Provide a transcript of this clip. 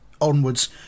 onwards